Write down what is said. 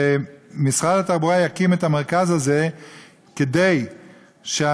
נאמר שמשרד התחבורה יקים את המרכז הזה כדי שהנוסעים